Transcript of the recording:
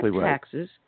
taxes